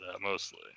mostly